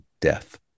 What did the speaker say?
death